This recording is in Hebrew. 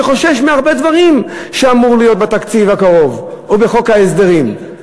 שחושש מהרבה דברים שאמורים להיות בתקציב הקרוב או בחוק ההסדרים.